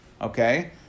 Okay